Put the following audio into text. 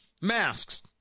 masks